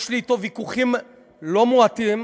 יש לי אתו ויכוחים לא מעטים,